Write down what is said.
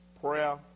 Prayer